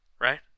Right